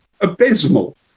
abysmal